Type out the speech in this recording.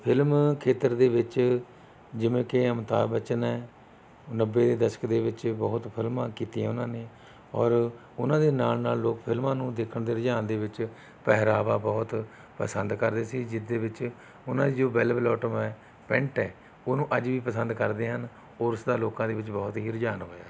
film ਖੇਤਰ ਦੇ ਵਿੱਚ ਜਿਵੇਂ ਕਿ ਅਮਿਤਾਬ ਬੱਚਨ ਹੈ ਨੱਬੇ ਦੇ ਦਸ਼ਕ ਦੇ ਵਿੱਚ ਬਹੁਤ ਫਿਲਮਾਂ ਕੀਤੀਆਂ ਉਹਨਾਂ ਨੇ ਔਰ ਉਨ੍ਹਾਂ ਦੇ ਨਾਲ ਨਾਲ ਲੋਕ ਫਿਲਮਾਂ ਨੂੰ ਦੇਖਣ ਦੇ ਰੁਝਾਨ ਦੇ ਵਿੱਚ ਪਹਿਰਾਵਾ ਬਹੁਤ ਪਸੰਦ ਕਰਦੇ ਸੀ ਜਿਸ ਦੇ ਵਿੱਚ ਉਨ੍ਹਾਂ ਦੀ ਜੋ ਬੈੱਲਬਲੋਟਮ ਹੈ ਪੈਂਟ ਹੈ ਉਹਨੂੰ ਅੱਜ ਵੀ ਪਸੰਦ ਕਰਦੇ ਹਨ ਔਰ ਉਸਦਾ ਲੋਕਾਂ ਦੇ ਵਿੱਚ ਵੀ ਬਹੁਤ ਰੁਝਾਨ ਹੋਇਆ